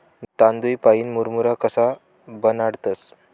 तांदूय पाईन मुरमुरा कशा बनाडतंस?